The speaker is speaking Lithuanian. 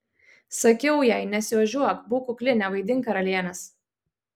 sakiau jai nesiožiuok būk kukli nevaidink karalienės